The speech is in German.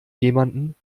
jemanden